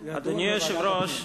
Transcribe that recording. אדוני היושב-ראש,